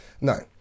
no